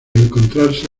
encontrarse